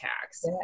tax